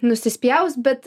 nusispjaus bet